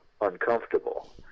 uncomfortable